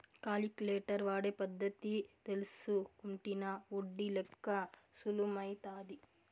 calculator వాడే పద్ధతి తెల్సుకుంటినా ఒడ్డి లెక్క సులుమైతాది